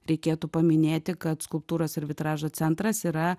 reikėtų paminėti kad skulptūros ir vitražo centras yra